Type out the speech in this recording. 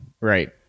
Right